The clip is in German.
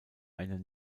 eine